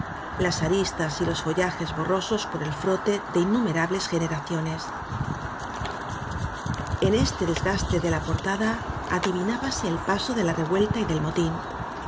las aristas y los follajes borrosos por el frote de innumerables generaciones en este desgaste de la portada adivinábase el paso de la revuelta y del motín